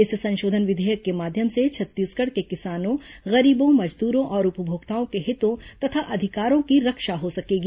इस संशोधन विधेयक के माध्यम से छत्तीसगढ़ के किसानों गरीबों मजदूरों और उपभोक्ताओं के हितों तथा अधिकारों की रक्षा हो सकेगी